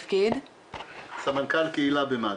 אלי יפה, סמנכ"ל קהילה במד"א.